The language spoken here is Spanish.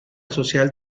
social